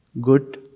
good